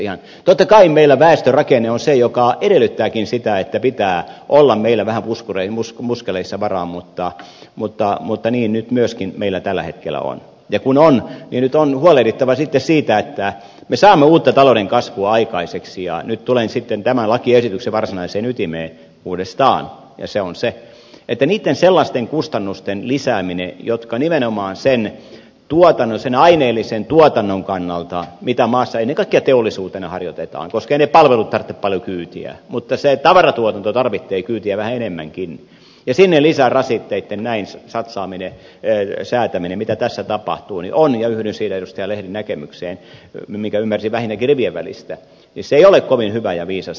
totta kai meillä väestörakenne on se joka edellyttääkin sitä että pitää olla meillä vähän muskeleissa varaa mutta niin nyt myöskin meillä tällä hetkellä on ja kun on niin nyt on huolehdittava sitten siitä että me saamme uutta talouden kasvua aikaiseksi ja nyt tulen sitten tämän lakiesityksen varsinaiseen ytimeen uudestaan ja se on se että niitten sellaisten kustannusten lisääminen jotka nimenomaan siihen aineelliseen tuotantoon mitä maassa ennen kaikkea teollisuutena harjoitetaan koska eivät ne palvelut tarvitse paljon kyytiä mutta se tavaratuotanto tarvitsee kyytiä vähän enemmänkin sinne lisärasitteitten näin satsaaminen säätäminen mitä tässä tapahtuu ja yhdyn siinä edustaja lehden näkemykseen minkä ymmärsin vähintäänkin rivien välistä ei ole kovin hyvä ja viisas ratkaisu